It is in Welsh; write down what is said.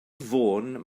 fôn